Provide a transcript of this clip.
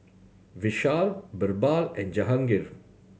Vishal Birbal and Jahangir